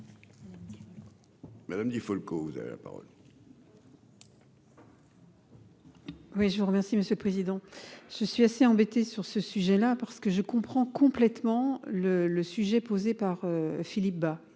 Madame Di Falco, vous avez la parole. Oui, je vous remercie, monsieur président je suis assez embêté sur ce sujet-là, parce que je comprends complètement le le sujet posé par Philippe Bas